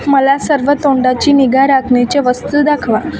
मला सर्व तोंडाची निगा राखण्याच्या वस्तू दाखवा